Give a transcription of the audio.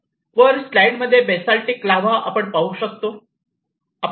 वर स्लाईड मध्ये basaltic lava आपण पाहू शकतो